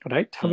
Right